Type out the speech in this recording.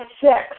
six